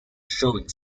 showing